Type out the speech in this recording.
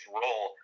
role